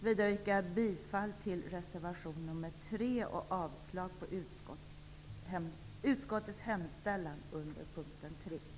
Jag yrkar vidare bifall till reservation 3 och avslag på utskottets hemställan under punkt 3.